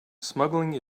smuggling